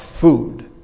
food